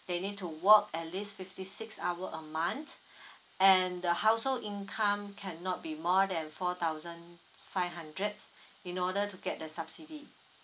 they need to work at least fifty six hour a month and the household income cannot be more than four thousand five hundreds in order to get the subsidy